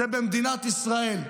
זה במדינת ישראל,